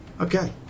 Okay